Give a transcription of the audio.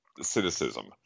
cynicism